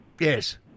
Yes